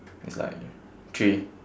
it's like three